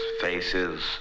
faces